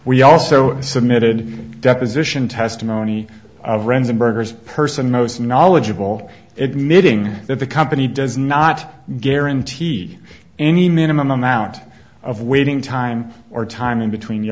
we also submitted deposition testimony of ren's and burgers person most knowledgeable admitting that the company does not guarantee any minimum amount of waiting time or time in between